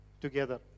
together